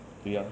对啊